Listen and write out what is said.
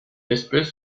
espèce